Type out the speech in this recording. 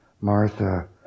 Martha